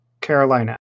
Carolina